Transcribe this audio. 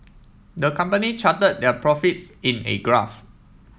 the company charted their profits in a graph